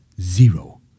Zero